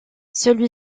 celui